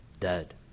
Dead